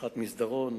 שיחת מסדרון,